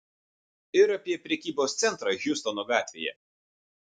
ir apie prekybos centrą hjustono gatvėje